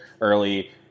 early